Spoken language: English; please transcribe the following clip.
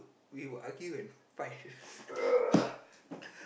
we will argue and fight